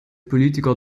politiker